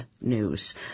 news